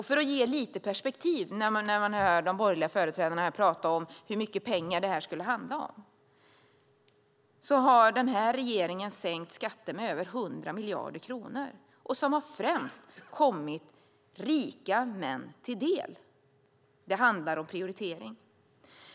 För att ge lite perspektiv när vi hör de borgerliga företrädarna tala om hur mycket pengar det skulle handla om: Denna regering har sänkt skatter med över 100 miljarder kronor, vilket främst har kommit rika män till del. Det handlar om prioritering.